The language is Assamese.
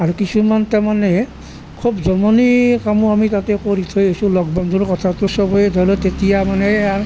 আৰু কিছুমান তাৰমানে খুব জমনি কামো আমি তাতে কৰি থৈ আহিছোঁ লগ বন্ধুৰ কথাতো চবে ধৰি লওঁক তেতিয়া মানে আৰু